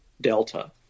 delta